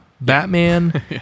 Batman